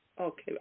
Okay